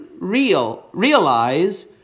realize